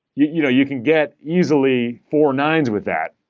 you you know you can get easily four nines with that.